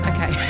Okay